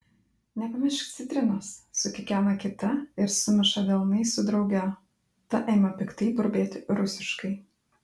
nepamiršk citrinos sukikena kita ir sumuša delnais su drauge ta ima piktai burbėti rusiškai